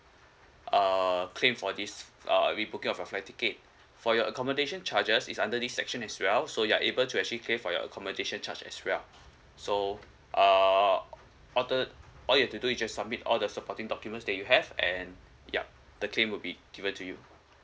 uh claim for this uh I mean booking of your flight ticket for your accommodation charges is under this section as well so you are able to actually claim for your accommodation charge as well so uh all th~ all you have to do is just submit all the supporting documents that you have and yup the claim would be given to you